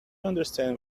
understand